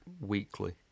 weekly